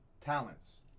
Talents